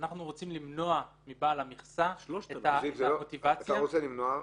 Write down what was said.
אנחנו רוצים למנוע מבעל המכסה את המוטיבציה --- אתה רוצה למנוע,